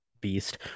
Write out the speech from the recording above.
beast